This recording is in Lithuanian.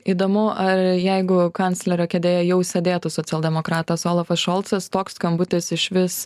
įdomu ar jeigu kanclerio kėdėje jau sėdėtų socialdemokratas olafas šolcas toks skambutis išvis